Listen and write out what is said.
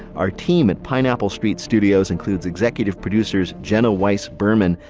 our team at pineapple street studios includes executive producers jenna weiss-berman,